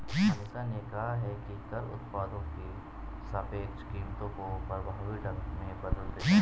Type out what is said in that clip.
मनीषा ने कहा कि कर उत्पादों की सापेक्ष कीमतों को प्रभावी ढंग से बदल देता है